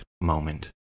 moment